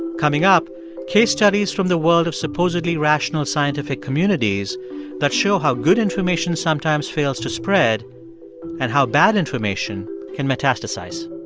coming up case studies from the world of supposedly rational scientific communities that show how good information sometimes fails to spread and how bad information can metastasize.